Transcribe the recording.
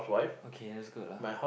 okay that's good lah